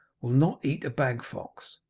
will not eat a bag-fox.